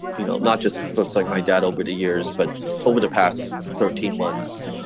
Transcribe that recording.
you know, not just folks like my dad over the years, but over the past thirteen months,